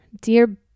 dear